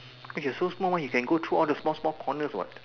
if you are so small one you can go through all the small small corners what